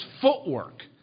footwork